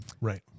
right